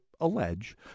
allege